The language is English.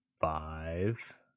five